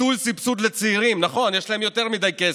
ביטול סבסוד לצעירים, נכון, יש להם יותר מדי כסף.